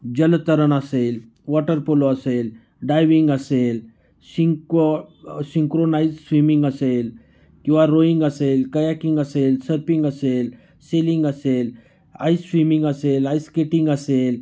जलतरण असेल water polo असेल डायविंग असेल शिंक्वो शिंक्रोनाईज स्वीमिंग असेल किंवा रोईंग असेल कयाकिंग असेल सर्पिंग असेल सेलिंग असेल आईस स्वीमिंग असेल आईस स्केटिंग असेल